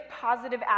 positive